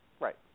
Right